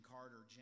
Carter